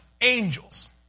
angels